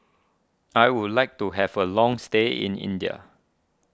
I would like to have a long stay in India